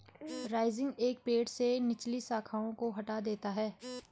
rising एक पेड़ से निचली शाखाओं को हटा देता है